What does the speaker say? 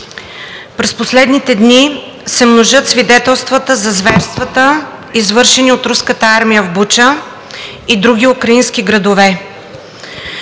През последните дни се множат свидетелствата за зверствата, извършени от руската армия в Буча и други украински градове.